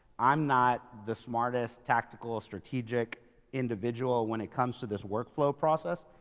i'm not the smartest tactical strategic individual when it comes to this workflow process.